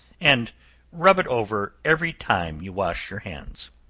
and rub it over every time you wash your hands.